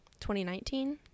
2019